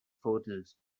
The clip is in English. portals